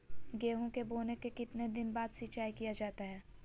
गेंहू के बोने के कितने दिन बाद सिंचाई किया जाता है?